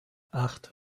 acht